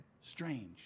Strange